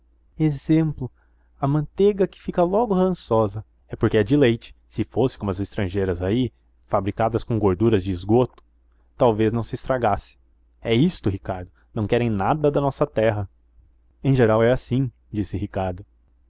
exemplo a manteiga que fica logo rançosa é porque é de leite se fosse como essas estrangeiras aí fabricadas com gorduras de esgotos talvez não se estragasse é isto ricardo não querem nada da nossa terra em geral é assim disse ricardo